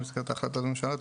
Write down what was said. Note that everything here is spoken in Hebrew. מבחינת החלטות הממשלה,